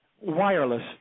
wireless